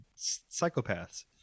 psychopaths